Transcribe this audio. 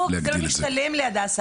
לא, זה לא משתלם להדסה.